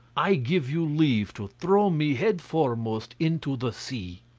i give you leave to throw me headforemost into the sea.